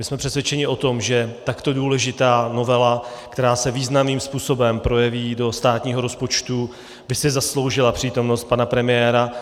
My jsme přesvědčeni o tom, že takto důležitá novela, která se významným způsobem projeví do státního rozpočtu, by si zasloužila přítomnost pana premiéra.